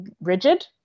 rigid